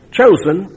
chosen